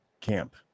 camp